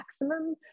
maximum